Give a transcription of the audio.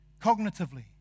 cognitively